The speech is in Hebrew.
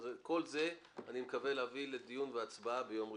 את כל זה אני מקווה להביא להצבעה ביום ראשון.